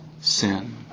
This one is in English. sin